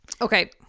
Okay